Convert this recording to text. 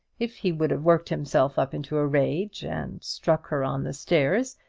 if he would have worked himself up into a rage, and struck her on the stairs,